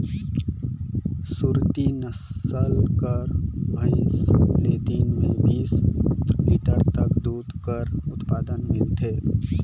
सुरती नसल कर भंइस ले दिन में बीस लीटर तक दूद कर उत्पादन मिलथे